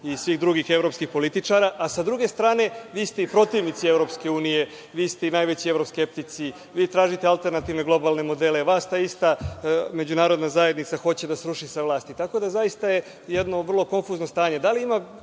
i svih drugih evropskih političara, a sa druge strane vi ste i protivnici EU, vi ste i najveći evroskeptici, vi tražite alternativne globalne modele, vas ta ista Međunarodna zajednica hoće da sruši sa vlasti. Tako da zaista je jedno vrlo konfuzno stanje.